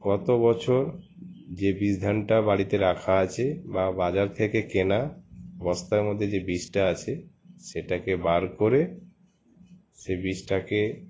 গত বছর যে বীজ ধানটা বাড়িতে রাখা আছে বা বাজার থেকে কেনা বস্তার মধ্যে যে বীজটা আছে সেটাকে বার করে সে বীজটাকে